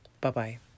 Bye-bye